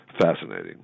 Fascinating